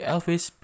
Elvis